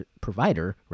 provider